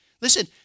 Listen